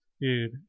Dude